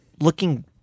looking